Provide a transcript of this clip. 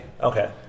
Okay